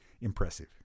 Impressive